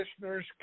listeners